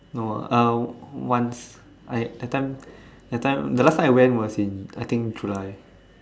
no ah uh once I that time that time the last time I went was in I think July